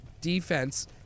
defense